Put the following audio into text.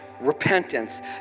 repentance